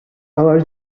our